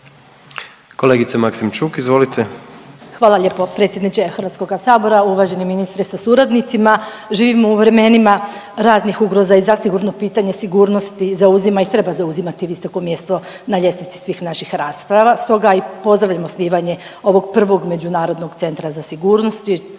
izvolite. **Maksimčuk, Ljubica (HDZ)** Hvala lijepo predsjedniče Hrvatskoga sabora, uvaženi ministre sa suradnicima. Živimo u vremenima raznih ugroza i zasigurno pitanje sigurnosti zauzima i treba zauzimati visoko mjesto na ljestvici svih naših rasprava. Stoga i pozdravljam osnivanje ovog prvog Međunarodnog centra za sigurnost